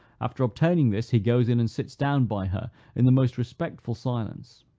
after obtaining this, he goes in, and sits down by her in the most respectful silence.